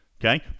Okay